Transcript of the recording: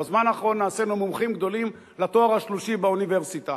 בזמן האחרון נעשינו מומחים גדולים לתואר השלישי באוניברסיטה,